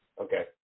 Okay